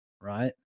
right